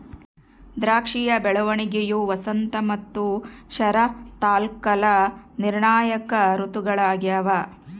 ದ್ರಾಕ್ಷಿಯ ಬೆಳವಣಿಗೆಯು ವಸಂತ ಮತ್ತು ಶರತ್ಕಾಲ ನಿರ್ಣಾಯಕ ಋತುಗಳಾಗ್ಯವ